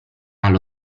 allo